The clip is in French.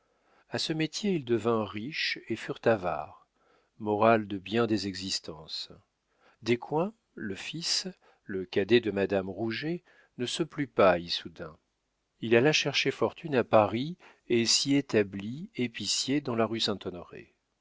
a ce métier ils devinrent riches et furent avares morale de bien des existences descoings le fils le cadet de madame rouget ne se plut pas à issoudun il alla chercher fortune à paris et s'y établit épicier dans la rue st honoré